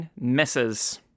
misses